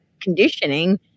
conditioning